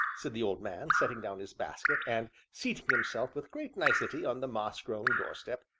said the old man, setting down his basket, and seating himself with great nicety on the moss-grown doorstep,